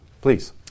please